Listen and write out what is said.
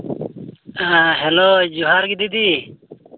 ᱦᱮᱸ ᱦᱮᱞᱳ ᱡᱚᱦᱟᱨ ᱜᱮ ᱫᱤᱫᱤ